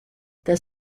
das